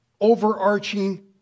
overarching